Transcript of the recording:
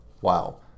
Wow